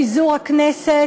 החוק לפיזור הכנסת.